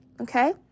Okay